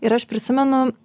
ir aš prisimenu